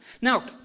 Now